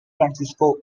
francisco